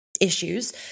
issues